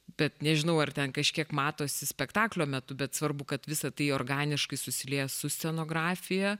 bet nežinau ar ten kažkiek matosi spektaklio metu bet svarbu kad visa tai organiškai susilieja su scenografija